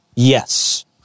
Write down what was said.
Yes